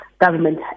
government